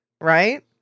right